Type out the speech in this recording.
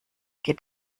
geht